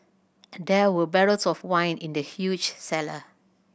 there were barrels of wine in the huge cellar